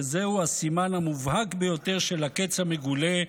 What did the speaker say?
שזהו הסימן המובהק ביותר של הקץ המגולה,